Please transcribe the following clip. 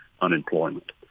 unemployment